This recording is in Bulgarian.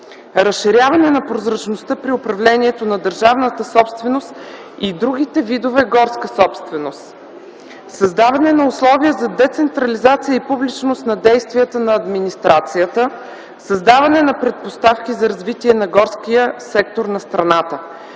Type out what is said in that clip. разширяване на прозрачността при управлението на държавната собственост и другите видове горска собственост, създаване на условия за децентрализация и публичност на действията на администрацията, създаване на предпоставки за развитие на горския сектор на страната,